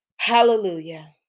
hallelujah